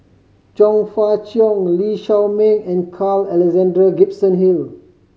Chong Fah Cheong Lee Shao Meng and Carl Alexander Gibson Hill